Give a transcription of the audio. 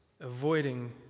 avoiding